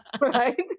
right